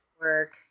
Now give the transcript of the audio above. work